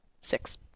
six